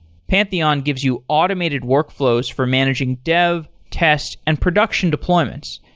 pantheon gives you automated workflows for managing dev, test and production deployments,